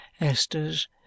Esther's